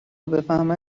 بفهمه